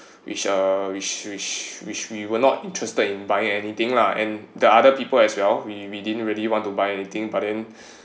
which uh which which which we were not interested in buying anything lah and the other people as well we we didn't really want to buy anything but then